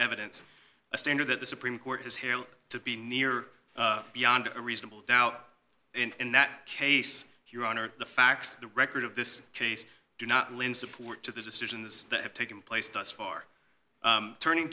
evidence a standard that the supreme court has held to be near beyond a reasonable doubt in that case your honor the facts the record of this case do not lend support to the decisions that have taken place thus far turning